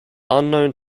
unknown